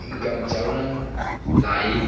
income ꯆꯥꯎꯅ ꯂꯥꯛꯏ